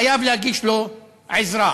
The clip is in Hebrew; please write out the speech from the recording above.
חייב להגיש לו עזרה.